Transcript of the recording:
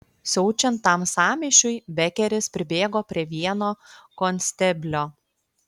siaučiant tam sąmyšiui bekeris pribėgo prie vieno konsteblio